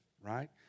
right